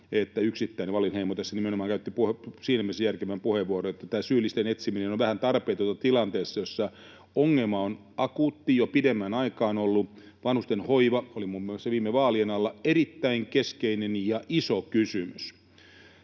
että yksittäin... Wallinheimo tässä nimenomaan käytti siinä mielessä järkevän puheenvuoron, että tämä syyllisten etsiminen on vähän tarpeetonta tilanteessa, jossa ongelma on ollut akuutti jo pidemmän aikaa. Vanhustenhoiva oli muun muassa viime vaalien alla erittäin keskeinen ja iso kysymys.